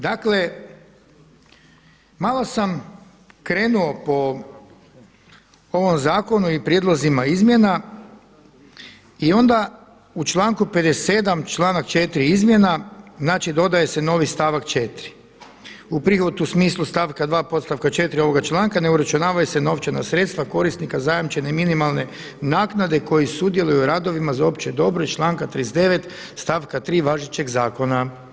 Dakle, malo sam krenuo po ovom zakonu i prijedlozima izmjena i onda u članku 57. članak 4. izmjena znači dodaje se novi stavak 4. u … u smislu stavka 2. podstavka 4. ovoga članka ne uračunavaju se novčana sredstva korisnika zajamčene minimalne naknade koji sudjeluju u radovima za opće dobro iz članka 39. stavka 3. važećeg zakona.